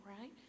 right